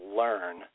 learn